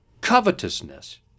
covetousness